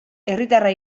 herritarra